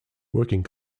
working